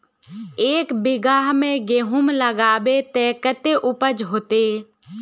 एक बिगहा में गेहूम लगाइबे ते कते उपज होते?